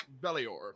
Belior